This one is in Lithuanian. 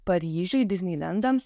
paryžių į disneilendą